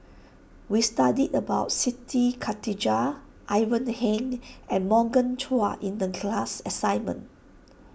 we studied about Siti Khalijah Ivan Heng and Morgan Chua in the class assignment